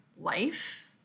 life